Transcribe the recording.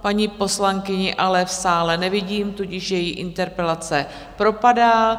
Paní poslankyni ale v sále nevidím, tudíž její interpelace propadá.